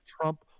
Trump